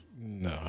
No